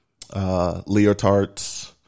Leotards